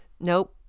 Nope